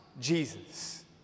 Jesus